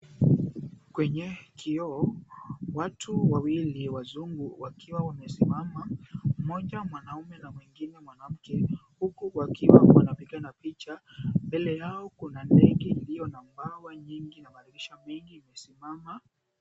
Kwenye kioo, watu wawili wazungu wakiwa wamesimama, mmoja mwanamume na mwengine mwanamke huku wakiwa wanapigana picha. Mbele yao kuna ndege iliyo na bawa nyingi na madirisha mengi imesimama.